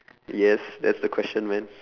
yes that's the question man